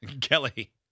Kelly